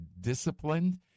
disciplined